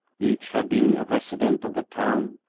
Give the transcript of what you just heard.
each had been a resident of the town,